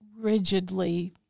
rigidly